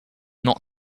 not